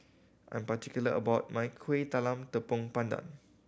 I'm particular about my Kuih Talam Tepong Pandan